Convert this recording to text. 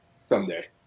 someday